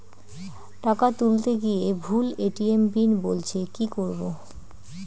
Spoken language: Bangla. টাকা তুলতে গিয়ে ভুল এ.টি.এম পিন বলছে কি করবো?